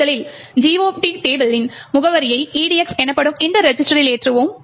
முதலில் GOT table இன் முகவரியை EDX எனப்படும் இந்த ரெஜிஸ்டரில் ஏற்றுவோம்